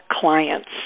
clients